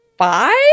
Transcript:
five